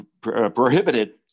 prohibited